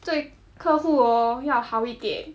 对客户哦要好一点